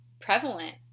prevalent